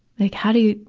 like how do you,